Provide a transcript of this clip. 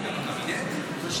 כן, בוודאי.